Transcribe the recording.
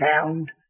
found